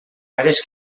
àrees